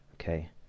okay